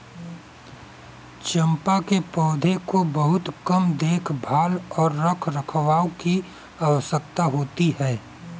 चम्पा के पौधों को बहुत कम देखभाल और रखरखाव की आवश्यकता होती है